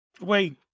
Wait